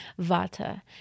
vata